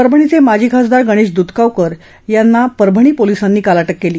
परभणीचे माजी खासदार गणेश दूधगावकर यांना परभणी पोलिसांनी काल अटक केली